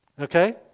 Okay